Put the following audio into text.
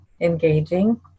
engaging